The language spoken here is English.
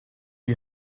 you